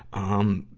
um,